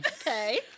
Okay